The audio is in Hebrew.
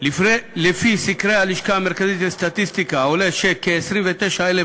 מסקרי הלשכה המרכזית לסטטיסטיקה עולה שכ-29,000